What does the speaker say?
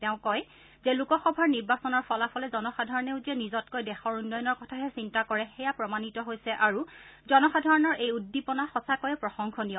তেওঁ কয় যে লোকসভাৰ নিৰ্বাচনৰ ফলাফলে জনসাধাৰণেও যে নিজতকৈ দেশৰ উন্নয়নৰ কথাহে চিন্তা কৰে সেয়া প্ৰমাণিত হৈছে আৰু জনসাধাৰণৰ এই উদ্দীপনা সঁচাকৈয়ে প্ৰশংসনীয়